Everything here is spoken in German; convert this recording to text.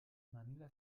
manila